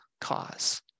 cause